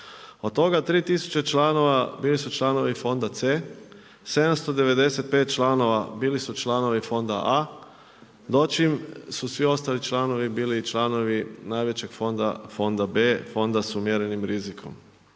Od toga 3000 članova bili su članovi fonda C, 795 članova bili su članovi fonda A, dočim su svi ostali članovi bili članovi najvećeg fonda, fonda B, fonda sa umjerenim rizikom.